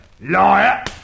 Liar